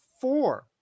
four